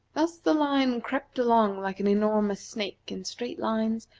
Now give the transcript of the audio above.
thus the line crept along like an enormous snake in straight lines,